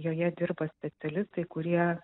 joje dirba specialistai kurie